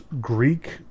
Greek